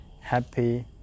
happy